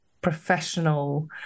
professional